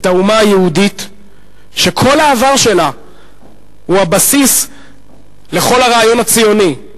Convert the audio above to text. את האומה היהודית שכל העבר שלה הוא הבסיס לכל הרעיון הציוני,